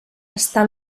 està